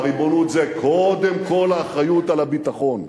והריבונות זה קודם כול האחריות לביטחון,